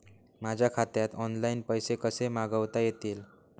माझ्या खात्यात ऑनलाइन पैसे कसे मागवता येतील?